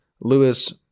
Lewis